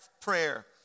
prayer